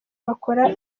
bakora